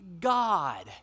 God